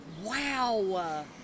Wow